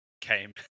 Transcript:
came